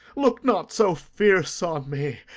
look not so fierce on me!